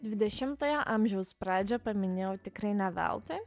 dvidešimtojo amžiaus pradžią paminėjau tikrai ne veltui